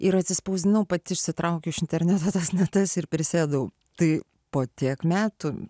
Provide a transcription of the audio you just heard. ir atsispausdinau pati išsitraukiu iš interneto tas natas ir prisėdau tai po tiek metų